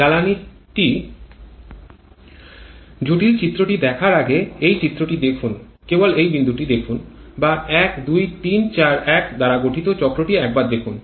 জটিল চিত্রটি দেখার আগে এই চিত্রটি দেখুন কেবল এই বিন্দুটি দেখুন বা ১ ২ ৩ ৪ ১ দ্বারা গঠিত চক্রটি একবার দেখুন